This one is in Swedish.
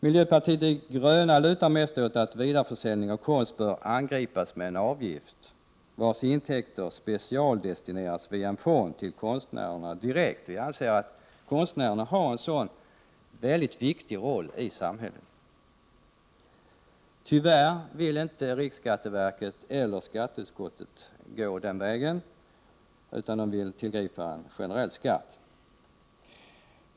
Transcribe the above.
Miljöpartiet de gröna lutar mest åt att vidareförsäljning av konst bör angripas med en avgift, vars intäkter specialdestineras via en fond till konstnärerna direkt. Vi anser att konstnärerna har en så viktig roll i samhället. Tyvärr vill inte riksskatteverket eller skatteutskottet gå den vägen utan vill tillgripa en generell skatt.